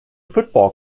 football